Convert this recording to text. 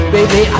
Baby